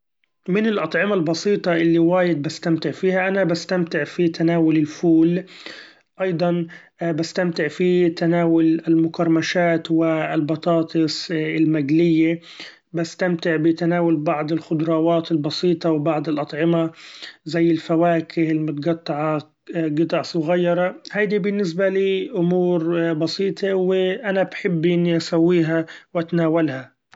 من الاطعمة البسيطة اللي وايد استمتع فيها; أنا بستمتع في تناول الفول أيضا بستمتع في تناول المقرمشات والبطاطس المقلية بستمتع بتناول بعض الخضراوات البسيطة وبعض الاطعمة زي الفواكه المتقطعه قطع صغيرة ،هيدي بالنسبة لي امور بسيطة وأنا بحب إني اسويها واتناولها.